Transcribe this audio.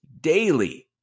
daily